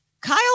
Kyle